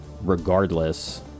regardless